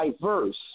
diverse